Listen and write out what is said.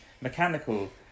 mechanical